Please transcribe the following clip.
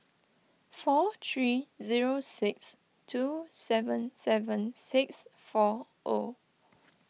four three zero six two seven seven six four O